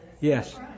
Yes